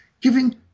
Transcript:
giving